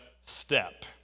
step